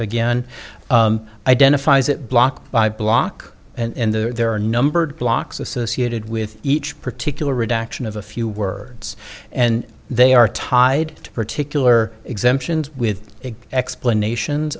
again identifies it block by block and there are numbered blocks associated with each particular redaction of a few words and they are tied to particular exemptions with explanations